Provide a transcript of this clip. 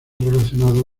relacionado